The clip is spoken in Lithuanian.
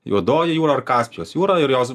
juodoji jūra ar kaspijos jūra ir jos